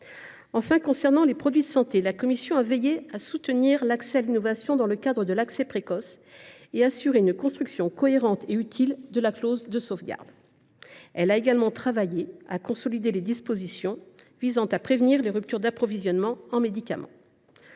Enfin, concernant les produits de santé, la commission a veillé à soutenir l’innovation dans le cadre de l’accès précoce et a garanti une construction cohérente et utile de la clause de sauvegarde. Elle a également travaillé à consolider les dispositions visant à prévenir les ruptures d’approvisionnement en médicaments.